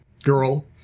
Girl